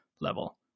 level